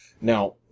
Now